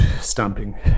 stamping